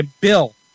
Bill